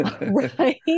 right